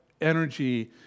energy